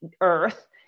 earth